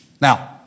Now